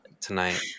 Tonight